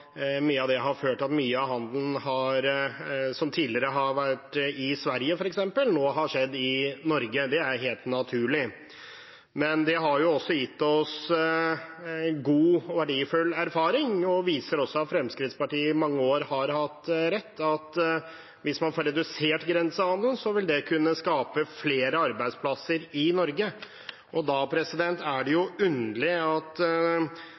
det har ført til at mye av handelen som tidligere har vært i Sverige, f.eks., har skjedd i Norge. Det er helt naturlig. Det har også gitt oss god og verdifull erfaring og viser også at Fremskrittspartiet har hatt rett: Hvis man får redusert grensehandelen, vil det kunne skape flere arbeidsplasser i Norge. Da er det underlig at